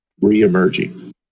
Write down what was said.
re-emerging